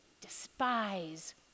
despise